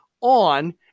on